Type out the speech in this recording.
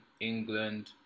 England